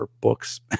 books